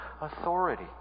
authority